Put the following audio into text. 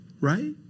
right